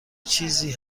چیزی